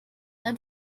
ein